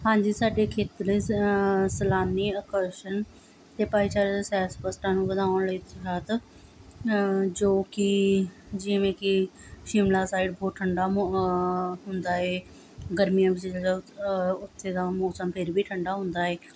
ਹਾਂਜੀ ਸਾਡੇ ਖੇਤਰ ਸੈਲਾਨੀ ਅਕਰਸ਼ਣ ਅਤੇ ਭਾਈਚਾਰਕ ਸੈਰ ਸਪਸਟਾਂ ਨੂੰ ਵਧਾਉਣ ਲਈ ਜੋ ਕਿ ਜਿਵੇਂ ਕਿ ਸ਼ਿਮਲਾ ਸਾਈਡ ਬਹੁਤ ਠੰਢਾ ਮੌਹਅ ਹੁੰਦਾ ਏ ਗਰਮੀਆਂ ਵਿੱਚ ਜਿਹੜਾ ਉੱਥੇ ਦਾ ਮੌਸਮ ਫਿਰ ਵੀ ਠੰਡਾ ਹੁੰਦਾ ਏ